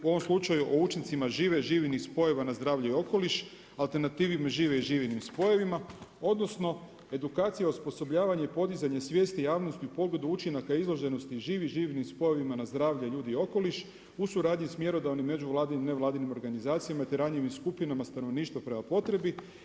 U ovom slučaju o učincima žive, živinih spojeva na zdravlje i okoliš, alternative živi i živinim spojevima odnosno edukaciji, osposobljavanje i podizanje svijesti javnosti u pogledu učinaka izloženosti žive i živinih spojevima na zdravlje ljudi i okoliš u suradnji sa mjerodavnim međuvladinim, nevladinim organizacijama te ranjivim skupinama stanovništva prema potrebi.